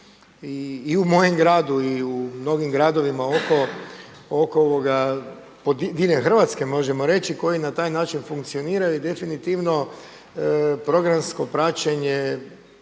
i u mojem gradu i u mnogim gradovima oko, diljem Hrvatske možemo reći koji na taj način funkcioniraju i definitivno programsko praćenje